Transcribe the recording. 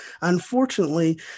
Unfortunately